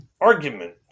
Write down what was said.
argument